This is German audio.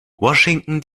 washington